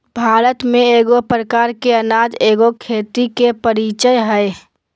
भारत में एगो प्रकार के अनाज एगो खेती के परीचय हइ